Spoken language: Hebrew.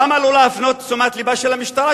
למה לא להפנות את תשומת לבה של המשטרה,